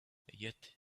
yet